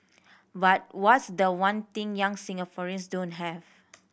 but what's the one thing young Singaporeans don't have